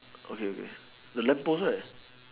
okay okay the lamppost right